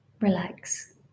relax